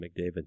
McDavid